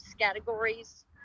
categories